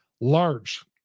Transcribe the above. large